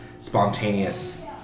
spontaneous